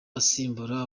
asimbura